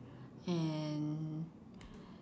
and